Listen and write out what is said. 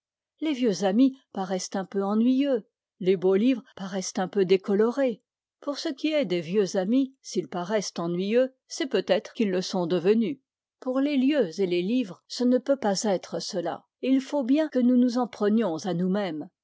les vieux amis paraissent un peu ennuyeux les beaux livres paraissent un peu décolorés pour ce qui est des vieux amis s'ils paraissent ennuyeux c'est peut-être qu'ils le sont devenus pour les lieux et les livres ce ne peut pas être cela et il faut bien que nous nous en prenions à nous-même